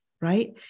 Right